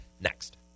next